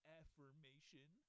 affirmation